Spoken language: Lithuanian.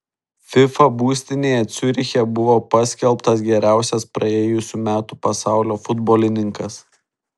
fifa būstinėje ciuriche buvo paskelbtas geriausias praėjusių metų pasaulio futbolininkas